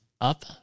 up